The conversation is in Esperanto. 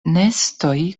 nestoj